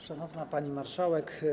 Szanowna Pani Marszałek!